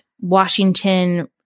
Washington